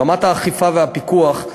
ברמת האכיפה והפיקוח,